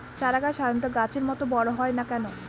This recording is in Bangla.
চারা গাছ সাধারণ গাছের মত বড় হয় না কেনো?